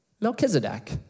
Melchizedek